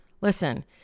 Listen